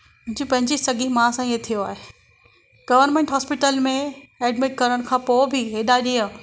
मुंहिंजी पंहिंजी सॻी माउ सां इअं थियो आहे गवर्मेंट हॉस्पिटल में ऐडमिट करणु खां पोइ बि हेॾा ॾींहं